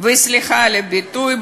וסליחה על הביטוי,